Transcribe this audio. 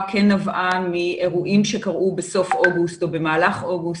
כן נבעה מאירועים שקרו בסוף אוגוסט או במהלך אוגוסט,